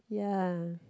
ya